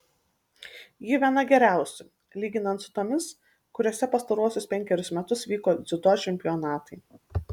ji viena geriausių lyginant su tomis kuriose pastaruosius penkerius metus vyko dziudo čempionatai